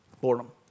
boredom